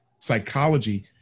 psychology